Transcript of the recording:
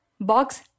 box